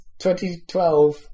2012